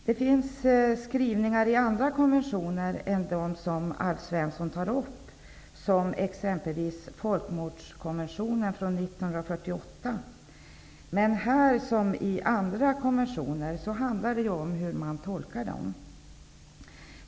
Det finns skrivningar om det här i andra konventioner än dem som Alf Svensson tar upp, t.ex. Folkmordskonventionen från 1948. Där som i andra konventioner handlar det om hur man tolkar texterna.